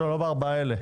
לא בארבעת אלה.